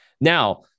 Now